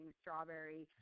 strawberry